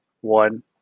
one